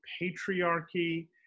patriarchy